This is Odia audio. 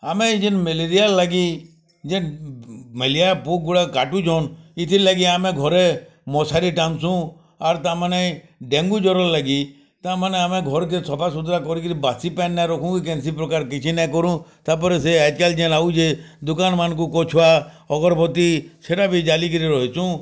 ଆମେ ଇ ଯେନ୍ ମ୍ୟାଲେରିଆ ଲାଗି ଯେନ୍ ମେଲିଆ ବୁକ୍ ଗୁଡ଼ାକ କାଟୁଛନ୍ ଇଥିର୍ ଲାଗି ଆମେ ଘରେ ମଶାରୀ ଟାଙ୍ଗସୁ ଆର୍ ତାମାନେ ଡେଙ୍ଗୁ ଜ୍ୱର ଲାଗି ତାମାନେ ଆମେ ଘରକେ ସଫାସୁତରା କରିକରି ବାସି ପାଏନ୍ ନାଇଁରଖୁଁ କି କେନ୍ସି ପ୍ରକାର୍ କିଛି ନାଇଁକରୁ ତାପରେ ସେ ଆଏଜ୍ କେଲ୍ ଯେନ୍ ଆଉଛେ ଦୁକାନ୍ ମାନକୁଁ କଛୁଆ ଅଗରବତୀ ସେଇଟା ବି ଜାଲିକିରି ରହେସୁଁ